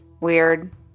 weird